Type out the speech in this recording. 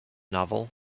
novel